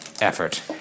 effort